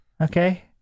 Okay